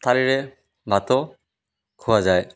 ଥାଳିରେ ଭାତ ଖୁଆଯାଏ